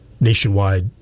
nationwide